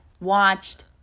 watched